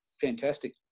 fantastic